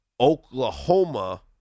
Oklahoma